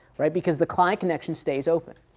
right. because the client connection stays open.